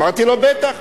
אמרתי לו: בטח.